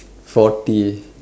forty